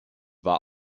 war